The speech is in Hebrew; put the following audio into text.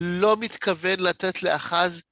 לא מתכוון לתת לאחז.